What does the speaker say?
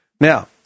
Now